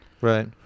Right